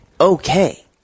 okay